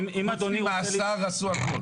פה, חוץ ממאסר עשו הכול